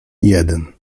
jeden